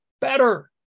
better